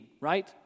right